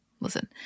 Listen